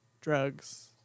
drugs